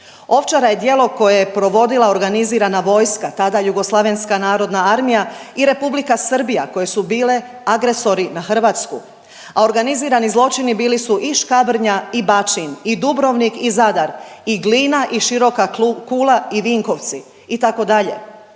Ovčara je djelo koje je provodila organizirana vojska tada Jugoslavenska narodna armija i Republika Srbija koje su bile agresori na Hrvatsku, a organizirani zločini bili su i Škabrnja i Bačin i Dubrovnik i Zadar i Glina i Široka Kula i Vinkovci itd.